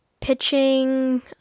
Pitching